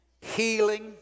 healing